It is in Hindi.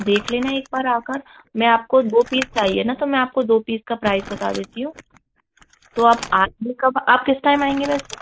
देख लेना एक बार आ कर मैं आपको दो पीस चाहिए ना तो मैं आपको दो पिस का प्राइस बता देती हूँ तो आप आइए कब आप किस टाइम आएँगे वैसे